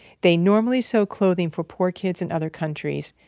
they normally sew clothing for poor kids in other countries.